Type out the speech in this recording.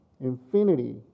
Infinity